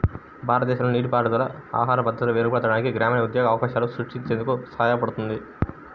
భారతదేశంలో నీటిపారుదల ఆహార భద్రతను మెరుగుపరచడానికి, గ్రామీణ ఉద్యోగ అవకాశాలను సృష్టించేందుకు సహాయపడుతుంది